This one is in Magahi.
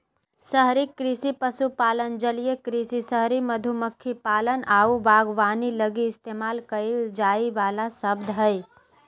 शहरी कृषि पशुपालन, जलीय कृषि, शहरी मधुमक्खी पालन आऊ बागवानी लगी इस्तेमाल कईल जाइ वाला शब्द हइ